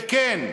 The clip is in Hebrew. וכן,